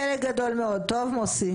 חלק גדול מאוד, מוסי.